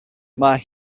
mae